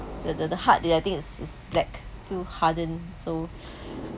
the the heart I think is black steel harden so